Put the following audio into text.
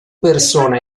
persona